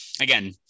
Again